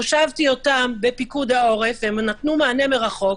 הושבתי אותן בפיקוד העורף, והן נתנו מענה מרחוק.